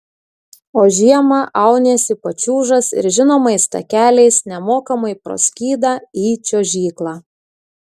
o žiemą auniesi pačiūžas ir žinomais takeliais nemokamai pro skydą į čiuožyklą